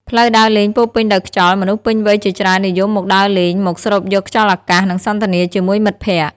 ផ្លូវដើរលេងពោរពេញដោយខ្យល់ មនុស្សពេញវ័យជាច្រើននិយមមកដើរលេង មកស្រូបយកខ្យល់អាកាស និងសន្ទនាជាមួយមិត្តភក្តិ។